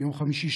ביום חמישי,